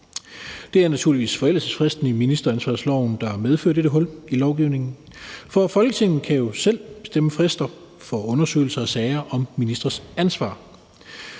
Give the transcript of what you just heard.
Det er naturligvis forældelsesfristen i ministeransvarlighedsloven, der medfører dette hul i lovgivningen, for Folketinget kan jo selv bestemme frister for undersøgelse af sager om ministres ansvar.